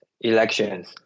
elections